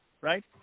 right